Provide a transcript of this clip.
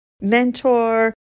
mentor